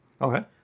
Okay